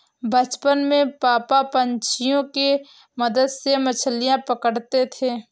बचपन में पापा पंछियों के मदद से मछलियां पकड़ते थे